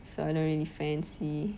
so I don't really fancy